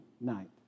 night